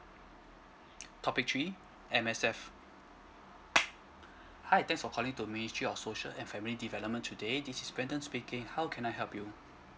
topic three M_S_F hi thanks for calling to ministry of social and family development today this is brandon speaking how can I help you